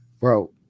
Bro